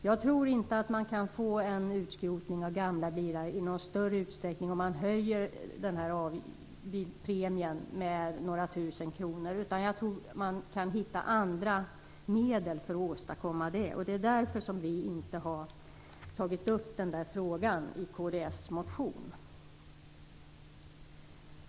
Jag tror inte att man kan få en utskrotning av gamla bilar i någon större utsträckning genom att höja premien med några tusen kronor. Man kan hitta andra medel för att åstadkomma det. Därför har vi inte tagit upp frågan i kds motion.